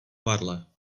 marle